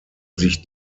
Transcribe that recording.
sich